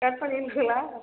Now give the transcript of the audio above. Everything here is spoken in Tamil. கட் பண்ணிடுறிங்களா